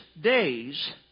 days